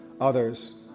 others